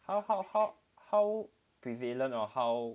how how how how prevalent or how